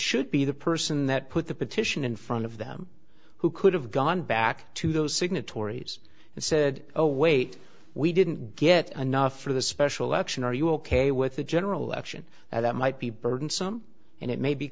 should be the person that put the petition in front of them who could have gone back to those signatories and said oh wait we didn't get enough for the special election are you ok with the general election that might be burdensome and it may be